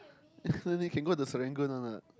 you can go to the Serangoon one [what]